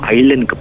Island